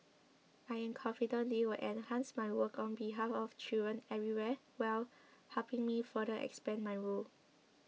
I am confident they will enhance my work on behalf of children everywhere while helping me further expand my role